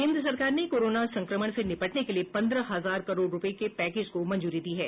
केन्द्र सरकार ने कोरोना संक्रमण से निपटने के लिए पंद्रह हजार करोड़ रूपये के पैकेज को मंजूरी दी है